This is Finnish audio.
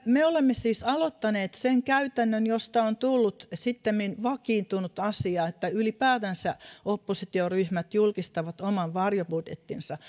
me olemme siis aloittaneet sen käytännön josta on tullut sittemmin vakiintunut asia että ylipäätänsä oppositioryhmät julkistavat oman varjobudjettinsa